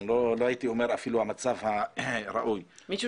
אני לא הייתי אומר אפילו המצב הראוי --- מישהו